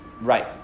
Right